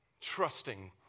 trusting